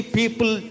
people